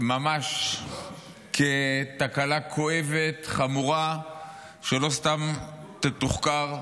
ממש כתקלה כואבת, חמורה, שלא סתם תתוחקר,